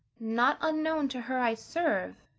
not unknown to her i serve.